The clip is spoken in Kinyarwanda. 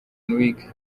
week